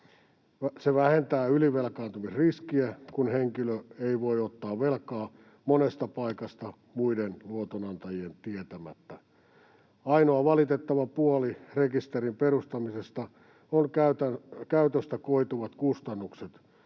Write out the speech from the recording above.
Se vähentää ylivelkaantumisriskiä, kun henkilö ei voi ottaa velkaa monesta paikasta muiden luotonantajien tietämättä. Ainoa valitettava puoli rekisterin perustamisessa on käytöstä koituvat kustannukset.